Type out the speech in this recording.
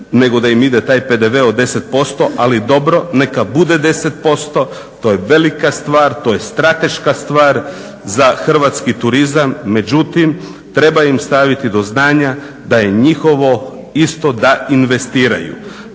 nego da im ide taj PDV od 10%. Ali dobro, neka bude 10%. To je velika stvar, to je strateška stvar za hrvatski turizam. Međutim, treba im staviti do znanja da je njihovo isto da investiraju.